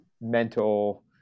mental